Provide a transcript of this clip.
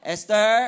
Esther